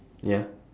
ya